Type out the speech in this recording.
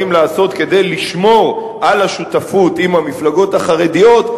לעשות כדי לשמור על השותפות עם המפלגות החרדיות,